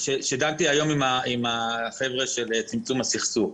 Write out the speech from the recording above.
שדנתי היום עם החבר'ה של צמצום הסכסוך.